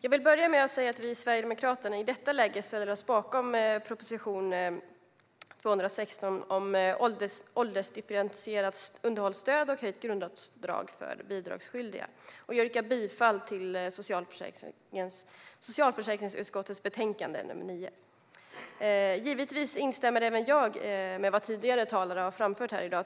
Jag vill börja med att säga att vi i Sverigedemokraterna i detta läge ställer oss bakom proposition 216 om åldersdifferentierat underhållsstöd och höjt grundavdrag för bidragsskyldiga. Jag yrkar bifall till socialförsäkringsutskottets förslag i betänkande nr 9. Givetvis instämmer även jag i vad tidigare talare har framfört här i dag.